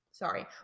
sorry